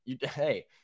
hey